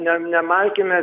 ne nemalkime